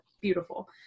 Beautiful